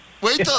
Wait